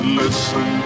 listen